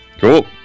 Cool